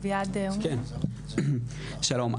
שלום,